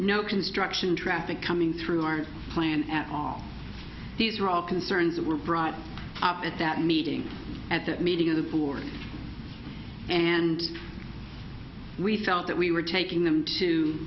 be no construction traffic coming through our plan at all these are all concerns that were brought up at that meeting at the meeting of the board and we felt that we were taking them to